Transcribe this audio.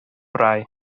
rai